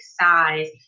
size